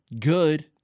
good